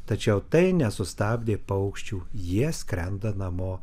tačiau tai nesustabdė paukščių jie skrenda namo